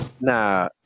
Now